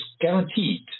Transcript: guaranteed